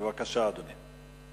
בבקשה, אדוני.